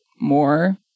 more